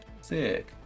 Sick